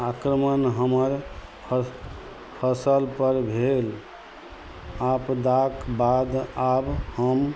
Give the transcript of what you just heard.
आक्रमण हमर फस फसल पर भेल आपदाक बाद आब हम